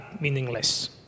meaningless